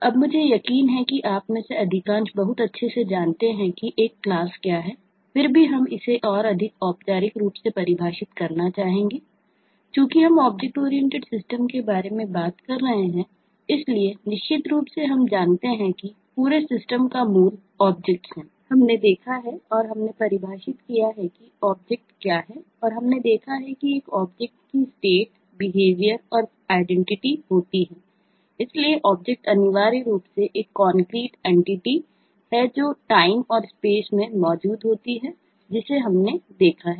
अब मुझे यकीन है कि आप में से अधिकांश बहुत अच्छे से जानते हैं कि एक क्लास में मौजूद होती है जिसे हमने देखा है